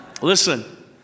Listen